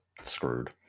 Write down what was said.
screwed